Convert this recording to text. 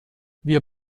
wir